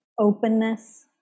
openness